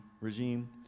regime